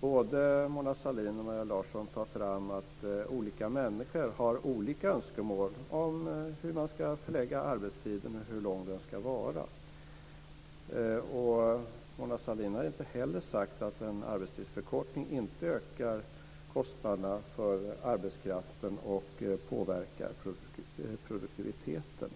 Både Mona Sahlin och Maria Larsson tar upp att olika människor har olika önskemål om hur man ska förlägga arbetstiden och hur lång den ska vara. Och Mona Sahlin har inte heller sagt att en arbetstidsförkortning inte ökar kostnaderna för arbetskraften och påverkar produktiviteten.